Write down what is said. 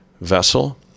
vessel